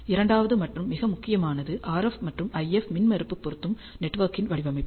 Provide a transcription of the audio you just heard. இரண்டாவது மற்றும் மிக முக்கியமானது RF மற்றும் IF மின்மறுப்பு பொருத்தம் நெட்வொர்க் ன் வடிவமைப்பு